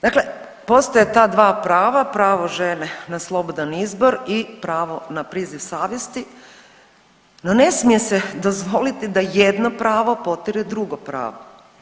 Dakle, postoje ta dva prava, pravo žene na slobodan izbor i pravo na priziv savjesti no ne smije se dozvoliti da jedno pravo potire drugo pravo.